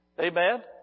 Amen